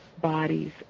bodies